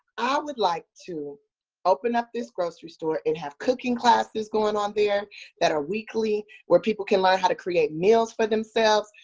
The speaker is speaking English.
i would like to open up this grocery store and have cooking classes going on there that are weekly where people can learn how to create meals for themselves.